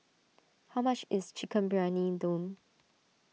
how much is Chicken Briyani Dum